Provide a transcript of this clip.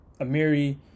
Amiri